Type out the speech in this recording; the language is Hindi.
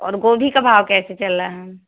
और गोभी का भाव कैसे चल रहा है